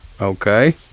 Okay